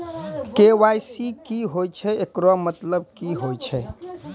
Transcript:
KYC की होय छै, एकरो मतलब की होय छै?